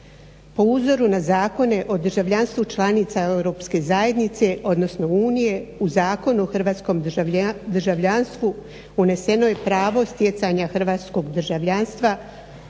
Po uzoru na Zakone o državljanstvu članica Europske zajednice odnosno Unije u Zakonu o hrvatskom državljanstvu uneseno je pravo stjecanja hrvatskog državljanstva